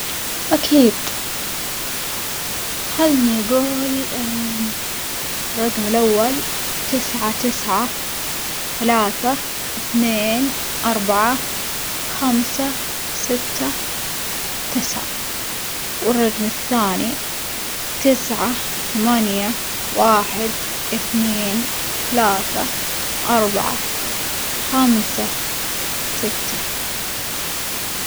أكيد خلني جول الرجم الأول تسعة تسعة ثلاثة إثنين أربعة خمسة ستة تسعة والرجم الثاني تسعة ثمانية واحد إثنين ثلاثة أربعة خمسة ستة.